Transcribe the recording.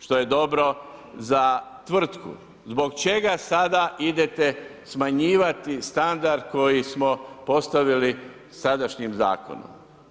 što je dobro za tvrtku, zbog čega sada idete smanjivati standard koji smo postavili sadašnjim zakonom?